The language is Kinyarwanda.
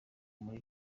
muri